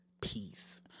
peace